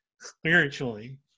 spiritually